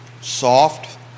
Soft